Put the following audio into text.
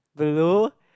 blue